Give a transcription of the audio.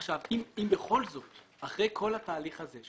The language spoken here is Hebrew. אם בכל זאת אחרי כל התהליך הזה,